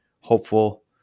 hopeful